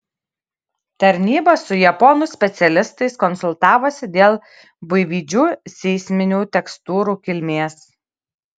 tarnyba su japonų specialistais konsultavosi dėl buivydžių seisminių tekstūrų kilmės